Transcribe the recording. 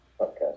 Okay